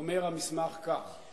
אומר המסמך כך